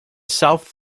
south